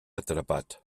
atrapat